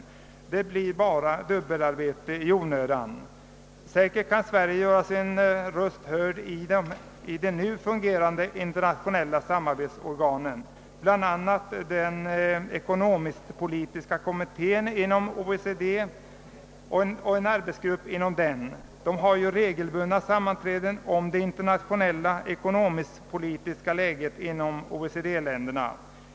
Det blir bara dubbelarbete i onödan. Säkert kan Sverige göra sin röst hörd i de nu fungerande internationella samarbetsorganen, bl.a. i den ekonomisk-politiska kommittén inom OECD och en arbetsgrupp inom denna kommitté som har regelbundna sammanträden om det internationella ekonomisk-politiska läget i OECD-länderna.